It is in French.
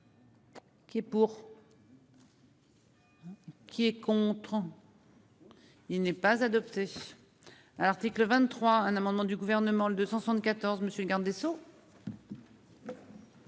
Qui est pour. Qui est content. Il n'est pas adopté.